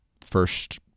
first